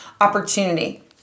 opportunity